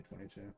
2022